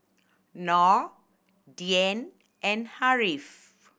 Nor Dian and Ariff